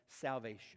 salvation